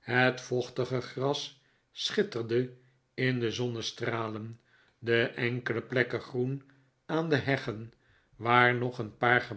het yochtige gras schitterde in de zonnestralen de enkele plekken groen aan de heggen waar nog een paar